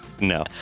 No